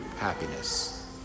happiness